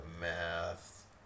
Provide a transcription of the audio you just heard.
Math